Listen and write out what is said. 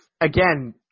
again